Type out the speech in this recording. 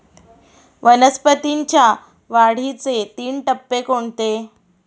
वनस्पतींच्या वाढीचे तीन टप्पे कोणते?